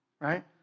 right